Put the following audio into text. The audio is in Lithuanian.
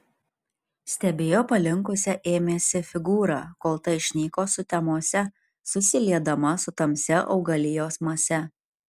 stebėjo palinkusią ėmėsi figūrą kol ta išnyko sutemose susiliedama su tamsia augalijos mase